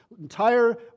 entire